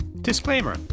Disclaimer